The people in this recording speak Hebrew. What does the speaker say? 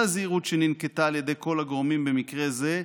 הזהירות שננקטה על ידי כל הגורמים במקרה זה,